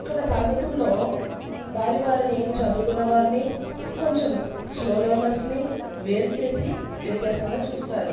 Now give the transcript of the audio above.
ఇక్కడ తరగతుల్లో వారి వారిని చదువుకున్న వారిని కొంచెం స్లో లర్నర్స్నీ వేరు చేసి వ్యత్యాసంగా చూస్తారు